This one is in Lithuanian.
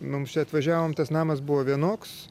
mums čia atvažiavom tas namas buvo vienoks